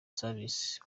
services